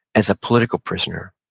as a political prisoner.